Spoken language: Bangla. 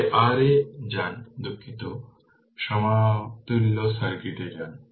তাই r এ যান দুঃখিত সমতুল্য সার্কিটে যান